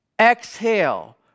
exhale